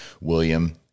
William